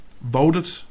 voted